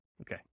Okay